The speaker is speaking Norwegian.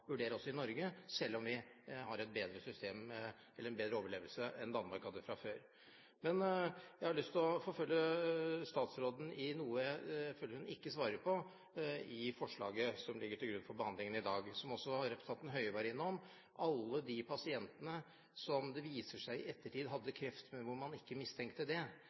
vurdere også i Norge, selv om vi har høyere overlevelse enn Danmark hadde fra før. Men jeg har lyst til å forfølge statsråden med hensyn til noe jeg føler hun ikke svarer på i forbindelse med forslaget som ligger til grunn for behandlingen i dag, som også representanten Høie var innom, nemlig alle de pasientene som det viser seg i ettertid hadde kreft, men hvor man ikke mistenkte det.